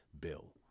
bill